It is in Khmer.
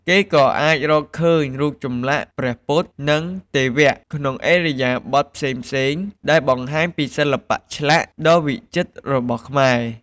គេក៏អាចរកឃើញ រូបចម្លាក់ព្រះពុទ្ធ និងទេវៈ ក្នុងឥរិយាបថផ្សេងៗ ដែលបង្ហាញពីសិល្បៈឆ្លាក់ដ៏វិចិត្ររបស់ខ្មែរ។